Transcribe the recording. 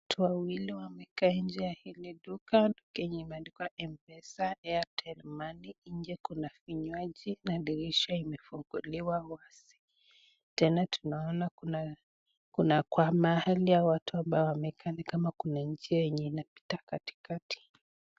Watu wawili wamekaa nje ya hili duka, duka yenye imeandikwa M-PESA Airtel Money . Nje kuna vinywaji na dirisha imefunguliwa wazi. Tena tunaona kuna kuna kwa mahali ya watu ambao wamekaa ni kama kuna njia yenye inapita katikati.